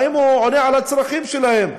האם הוא עונה על הצרכים שלהם?